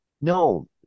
No